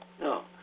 No